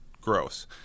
gross